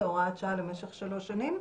כהוראת שעה למשך שלוש שנים,